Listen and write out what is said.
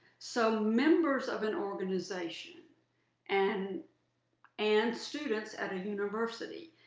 so members of an organization and and students at a university.